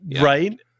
Right